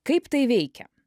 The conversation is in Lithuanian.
kaip tai veikia